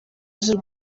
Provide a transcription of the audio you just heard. z’u